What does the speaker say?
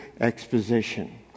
exposition